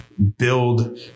Build